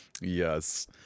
yes